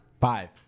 Five